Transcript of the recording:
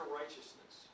righteousness